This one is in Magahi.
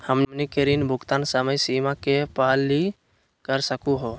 हमनी के ऋण भुगतान समय सीमा के पहलही कर सकू हो?